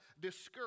discouraged